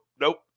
nope